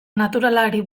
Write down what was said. naturalari